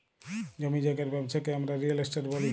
জমি জায়গার ব্যবচ্ছা কে হামরা রিয়েল এস্টেট ব্যলি